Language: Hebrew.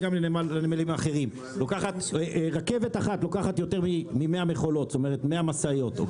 גם נמלים אחרים - רכבת אחת לוקחת ממאה מכולות כלומר מאה משאיות.